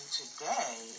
today